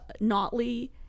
Notley